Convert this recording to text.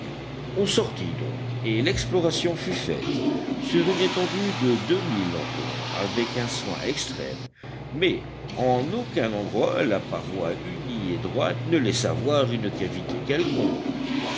on sortit donc et l'exploration fut faite sur une étendue de deux milles environ avec un soin extrême mais en aucun endroit la paroi unie et droite ne laissa voir une cavité quelconque